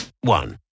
one